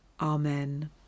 amen